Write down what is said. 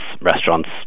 restaurants